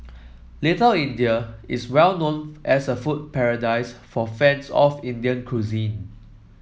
Little India is well known as a food paradise for fans of Indian cuisine